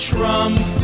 Trump